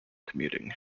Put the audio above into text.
commuting